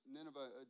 Nineveh